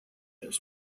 has